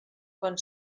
quan